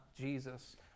Jesus